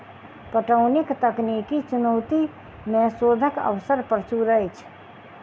पटौनीक तकनीकी चुनौती मे शोधक अवसर प्रचुर अछि